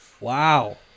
Wow